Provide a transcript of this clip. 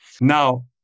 Now